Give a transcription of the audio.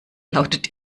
lautet